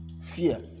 Fear